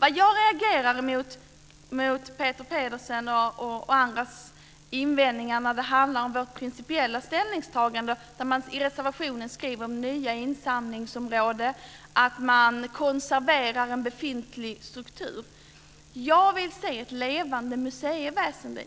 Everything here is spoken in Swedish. Jag reagerade mot Peter Pedersens och andras invändningar när det handlar om vårt principiella ställningstagande. I reservationen skriver man vad gäller nya insamlingsområden att man konserverar en befintlig struktur. Jag vill se ett levande museiväsende.